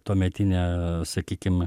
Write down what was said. tuometinė sakykim